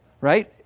right